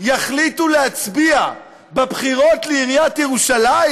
יחליטו להצביע בבחירות לעיריית ירושלים,